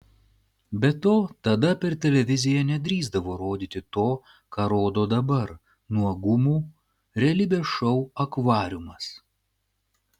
be to tada per televiziją nedrįsdavo rodyti to ką rodo dabar nuogumų realybės šou akvariumas